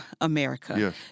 America